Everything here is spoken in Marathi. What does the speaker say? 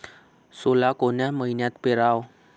सोला कोन्या मइन्यात पेराव?